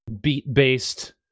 beat-based